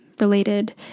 Related